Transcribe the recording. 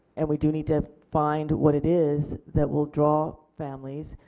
and we do need to find what it is that will draw families.